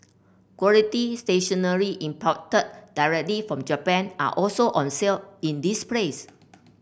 quality stationery imported directly from Japan are also on sale in this place